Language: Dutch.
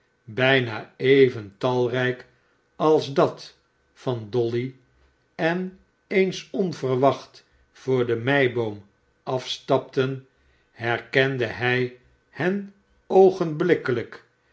bijna even talrijk als dat van dolly en eens onverwacht voor de meiboom afstapten herkende hii hen